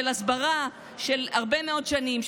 של הסברה של הרבה מאוד שנים,